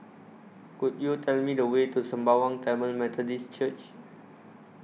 Could YOU Tell Me The Way to Sembawang Tamil Methodist Church